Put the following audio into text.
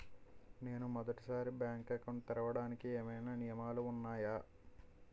నేను మొదటి సారి బ్యాంక్ అకౌంట్ తెరవడానికి ఏమైనా నియమాలు వున్నాయా?